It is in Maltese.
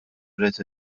rrid